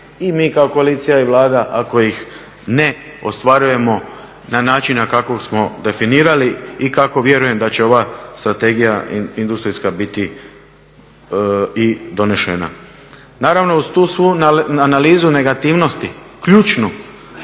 i mi kao koalicija i Vlada ako ih ne ostvarujemo na način na kakav smo definirali i kako vjerujem da će ova Strategija industrijska biti i donešena. Naravno uz tu svu analizu negativnosti ključnu